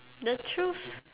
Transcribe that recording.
the truth